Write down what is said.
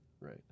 Right